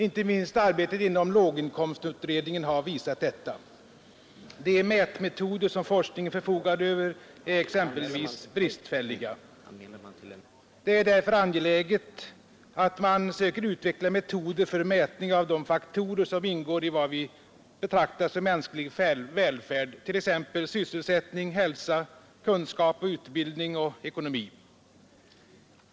Inte minst arbetet inom låginkomstutredningen har visat detta. De mätmetoder som forskningen förfogar över är exempelvis bristfälliga. Det är därför angeläget att man söker utveckla metoder för mätning av de faktorer som ingår i vad vi betraktar som mänsklig välfärd, t.ex. sysselsättning, hälsa, kunskap, utbildning och ekonomi.